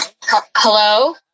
Hello